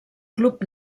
club